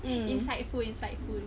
mm